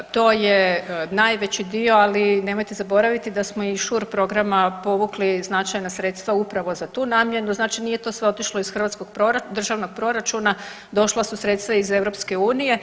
To je najveći dio, ali nemojte zaboraviti da smo i SURE programa povukli značajna sredstva upravo za tu namjenu, znači nije to sve otišlo iz državnog proračuna, došla su sredstva iz EU.